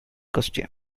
question